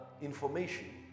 information